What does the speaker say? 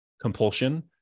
compulsion